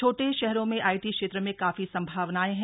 छोटे शहरों में आईटी क्षेत्र में काफी संभावनाएं हैं